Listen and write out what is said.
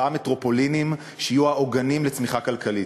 מטרופולינים שיהיו העוגנים לצמיחה כלכלית.